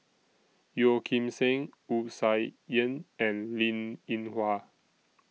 Yeo Kim Seng Wu Tsai Yen and Linn in Hua